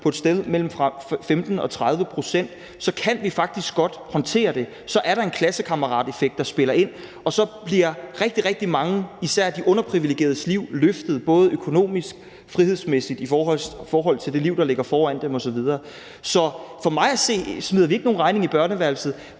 på et sted mellem 15 og 30 pct., kan vi faktisk godt håndtere det, for så er der en klassekammerateffekt, der spiller ind, og så bliver rigtig, rigtig manges, især af de underprivilegeredes, liv løftet både økonomisk og frihedsmæssigt i forhold til det liv, der ligger foran dem osv. Så for mig at se smider vi ikke nogen regning på børneværelset.